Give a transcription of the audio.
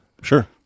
Sure